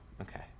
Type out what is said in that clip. okay